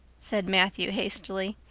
said matthew hastily.